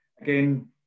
again